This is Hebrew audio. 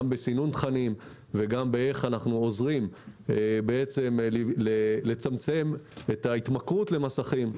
גם בסינון תכנים וגם באיך אנחנו עוזרים לצמצם את ההתמכרות למסכים.